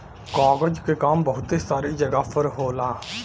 कागज क काम बहुत सारे जगह पर होला